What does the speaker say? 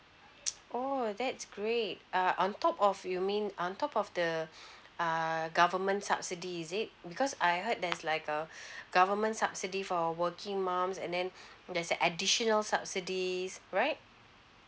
oh that's great uh on top of you mean on top of the err government subsidy is it because I heard there's like a government subsidy for working mums and then there's the additional subsidies right